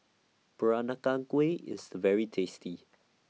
Peranakan Kueh IS very tasty